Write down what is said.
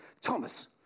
Thomas